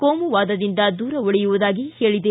ಕೋಮುವಾದದಿಂದ ದೂರ ಉಳಿಯುವುದಾಗಿ ಹೇಳಿದೆ